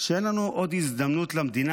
לא השכלנו להבין שאין לנו עוד הזדמנות למדינה,